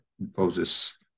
imposes